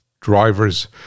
driver's